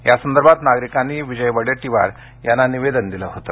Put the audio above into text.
यासंदर्भात नागरिकांनी विजय वडेट्टीवार यांना निवेदन दिलं होतं